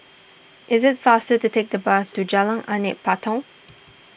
it is faster to take the bus to Jalan Anak Patong